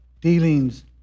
dealings